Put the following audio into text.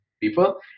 people